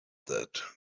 that